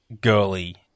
girly